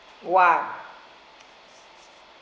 !wah!